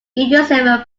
yourself